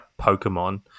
Pokemon